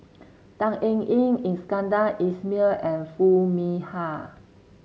Tan Eng Yoon Iskandar Ismail and Foo Mee Har